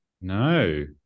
No